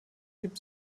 gibt